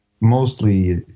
mostly